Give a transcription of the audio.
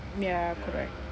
ya correct